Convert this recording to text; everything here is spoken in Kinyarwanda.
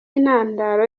intandaro